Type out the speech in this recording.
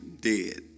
dead